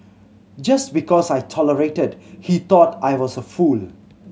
just because I tolerated he thought I was a fool